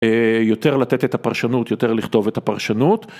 יותר לתת את הפרשנות, יותר לכתוב את הפרשנות.